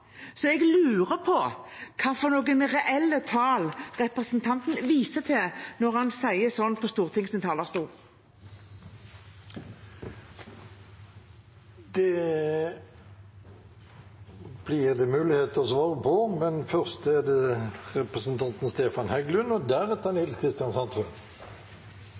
noen reelle tall representanten viser til når han sier sånt fra Stortingets talerstol. Det blir det mulighet til å svare på, men først er det representanten Stefan Heggelund, og deretter er det representanten Nils Kristen Sandtrøen.